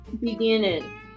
beginning